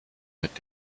mit